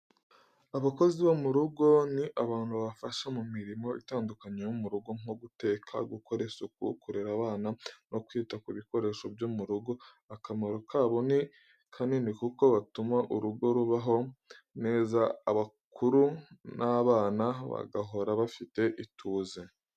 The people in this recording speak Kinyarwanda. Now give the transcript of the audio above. Abakozi bo mu rugo ni abantu bafasha mu mirimo itandukanye yo mu rugo, nko guteka, gukora isuku, kurera abana no kwita ku bikoresho byo mu rugo. Akamaro kabo ni kanini kuko batuma urugo rubaho neza, abakuru n’abana bagahora bafite ituze.